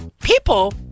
people